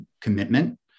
commitment